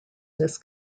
this